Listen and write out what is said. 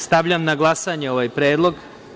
Stavljam na glasanje ovaj predlog.